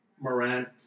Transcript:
Morant